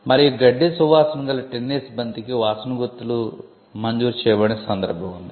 మరియు గడ్డి సువాసన గల టెన్నిస్ బంతికి వాసన గుర్తులు మంజూరు చేయబడిన సందర్భం ఉంది